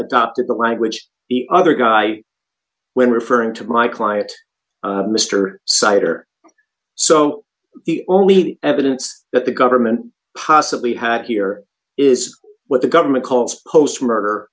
adopted the language the other guy when referring to my client mr sighter so the only evidence that the government possibly had here is what the government calls post murder